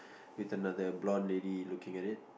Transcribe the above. with another blonde lady looking at it